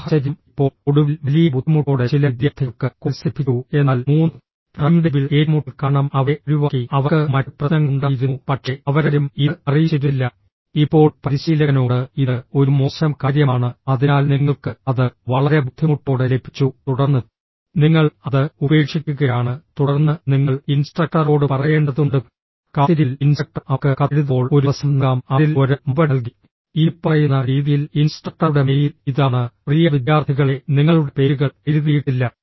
സാഹചര്യം ഇപ്പോൾ ഒടുവിൽ വലിയ ബുദ്ധിമുട്ടോടെ ചില വിദ്യാർത്ഥികൾക്ക് കോഴ്സ് ലഭിച്ചു എന്നാൽ മൂന്ന് ടൈംടേബിൾ ഏറ്റുമുട്ടൽ കാരണം അവരെ ഒഴിവാക്കി അവർക്ക് മറ്റ് പ്രശ്നങ്ങളുണ്ടായിരുന്നു പക്ഷേ അവരാരും ഇത് അറിയിച്ചിരുന്നില്ല ഇപ്പോൾ പരിശീലകനോട് ഇത് ഒരു മോശം കാര്യമാണ് അതിനാൽ നിങ്ങൾക്ക് അത് വളരെ ബുദ്ധിമുട്ടോടെ ലഭിച്ചു തുടർന്ന് നിങ്ങൾ അത് ഉപേക്ഷിക്കുകയാണ് തുടർന്ന് നിങ്ങൾ ഇൻസ്ട്രക്ടറോട് പറയേണ്ടതുണ്ട് കാത്തിരിപ്പിൽ ഇൻസ്ട്രക്ടർ അവർക്ക് കത്തെഴുതുമ്പോൾ ഒരു അവസരം നൽകാം അവരിൽ ഒരാൾ മറുപടി നൽകി ഇനിപ്പറയുന്ന രീതിയിൽ ഇൻസ്ട്രക്ടറുടെ മെയിൽ ഇതാണ് പ്രിയ വിദ്യാർത്ഥികളെ നിങ്ങളുടെ പേരുകൾ എഴുതിയിട്ടില്ല